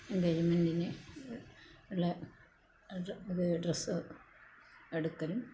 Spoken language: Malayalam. എൻഗേജ്മെൻ്റിന് ഉള്ള ഇത് ഡ്രസ്സ് എടുക്കലും